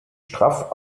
straff